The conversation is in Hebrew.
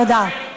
תודה.